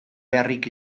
beharrik